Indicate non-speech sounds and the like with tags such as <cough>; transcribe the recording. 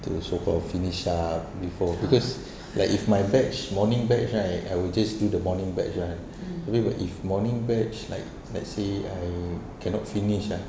to so called finish up before because <breath> like if my batch morning batch right I will just do the morning batch right <breath> maybe if morning batch like let's say I cannot finish ah